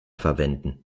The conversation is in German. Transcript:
verwenden